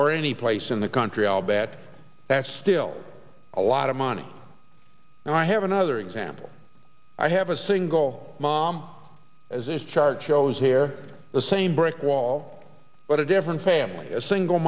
or any place in the country i'll bet that's still a lot of money and i have another example i have a single mom as is charge shows here the same brick wall but a different family a single